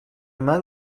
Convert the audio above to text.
منو